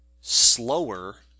slower